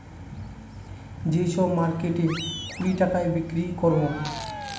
সেই সব মার্কেটে কুড়ি টাকায় বিক্রি করাবো